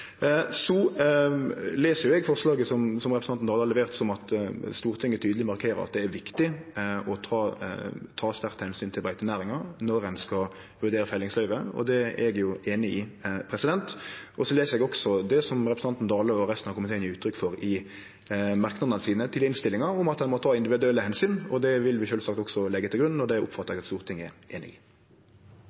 Eg les forslaget som representanten Dale har levert, slik at Stortinget tydeleg markerer at det er viktig å ta sterkt omsyn til beitenæringa når ein skal vurdere fellingsløyve, og det er eg einig i. Så les eg også det som representanten Dale og resten av komiteen gjev uttrykk for i merknadene sine i innstillinga, om at ein må ta individuelle omsyn, og det vil vi sjølvsagt leggje til grunn. Det oppfattar eg at Stortinget er einig i.